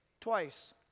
twice